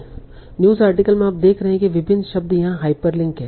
news article में आप देख रहे हैं कि विभिन्न शब्द यहाँ हाइपरलिंक हैं